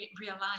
realize